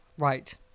Right